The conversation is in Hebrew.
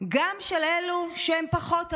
גם של אלו שהם פחות אהודים.